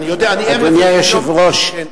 אדוני היושב-ראש,